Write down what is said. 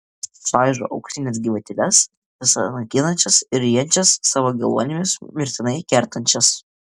čaižo auksines gyvatėles visa naikinančias ir ryjančias savo geluonimis mirtinai kertančias